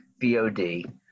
VOD